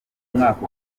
mwaka